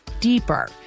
deeper